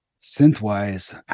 synth-wise